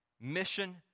mission